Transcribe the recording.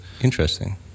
Interesting